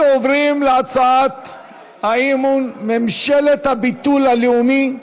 אנחנו עוברים להצעת האי-אמון: ממשלת הביטול הלאומי,